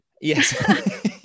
yes